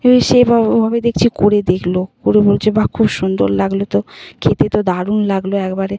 সে ওভাবে দেখছি করে দেখল করে বলছে বাহ খুব সুন্দর লাগল তো খেতে তো দারুণ লাগল একেবারে